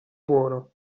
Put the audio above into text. buono